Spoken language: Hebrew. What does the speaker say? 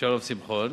שלום שמחון,